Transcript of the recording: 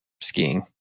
skiing